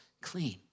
clean